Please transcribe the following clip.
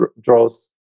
draws